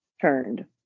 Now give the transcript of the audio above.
turned